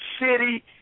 city